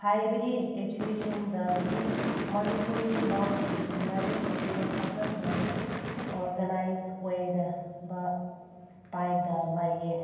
ꯍꯥꯏꯕꯗꯤ ꯏꯗꯨꯀꯦꯁꯟꯗꯗꯤ ꯃꯅꯤꯄꯨꯔꯤ ꯂꯣꯟꯒꯤ ꯂꯥꯏꯔꯤꯛꯁꯦ ꯐꯖꯅ ꯑꯣꯔꯒꯥꯅꯥꯏꯖ ꯑꯣꯏꯅꯕ ꯇꯥꯏꯞꯇ ꯂꯩꯌꯦ